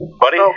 Buddy